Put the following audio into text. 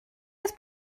oedd